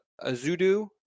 Azudu